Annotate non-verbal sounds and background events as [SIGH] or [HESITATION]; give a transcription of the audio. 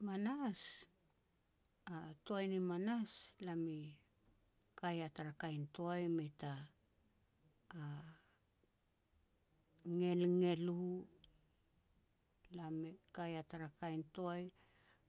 Manas, a toai ni manas lam i kaya tara kain toai mei ta [HESITATION] ngelngel u. Lam i kai ya tara kain toai,